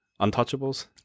Untouchables